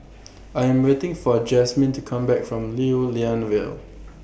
I Am waiting For Jasmin to Come Back from Lew Lian Vale